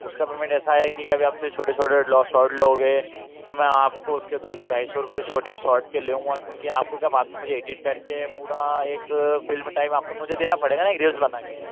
उसका पेमेंट ऐसा है कि कभी आपसे छोटे छोटे लॉस और लो हो गए तो मैं आपको उसके दो सौ ढाई सौ रुपए छोटे के शॉट के लेउंगा क्योंकि आपको क्या बाद में एडिट कर के पूरा एक फिल्म टाइप आपको मुझे देना पड़ेगा न एक डिस्क बना के